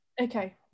Okay